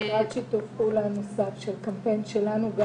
אנחנו בעד שיתוף פעולה נוסף של קמפיין שלנו.